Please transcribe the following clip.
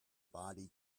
body